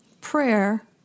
prayer